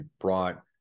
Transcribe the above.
brought